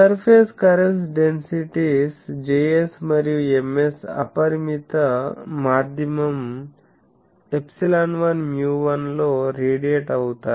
surface currents densities Js మరియు Ms అపరిమిత మాధ్యమం ε1 μ1 లో రేడియేట్ అవుతాయి